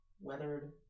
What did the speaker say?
weathered